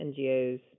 ngos